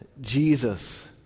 Jesus